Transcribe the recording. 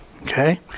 Okay